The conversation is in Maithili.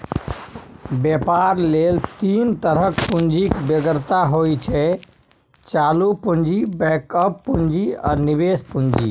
बेपार लेल तीन तरहक पुंजीक बेगरता होइ छै चालु पुंजी, बैकअप पुंजी आ निबेश पुंजी